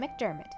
McDermott